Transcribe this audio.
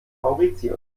mauritius